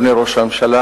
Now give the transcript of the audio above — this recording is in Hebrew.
אדוני ראש הממשלה,